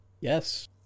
Yes